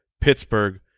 Pittsburgh